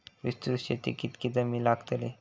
विस्तृत शेतीक कितकी जमीन लागतली?